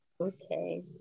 okay